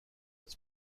its